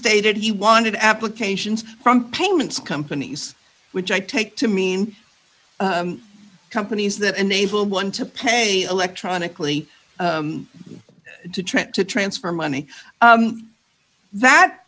stated he wanted applications from payments companies which i take to mean companies that enable one to pay electronically to trent to transfer money that